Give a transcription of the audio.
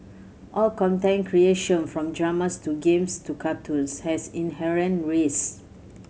all content creation from dramas to games to cartoons has inherent risk